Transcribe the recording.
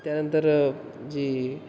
त्यानंतर जी